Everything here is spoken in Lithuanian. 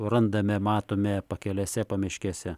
randame matome pakelėse pamiškėse